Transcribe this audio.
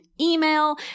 email